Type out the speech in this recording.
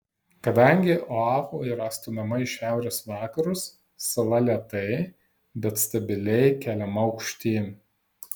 kadangi oahu yra stumiama į šiaurės vakarus sala lėtai bet stabiliai keliama aukštyn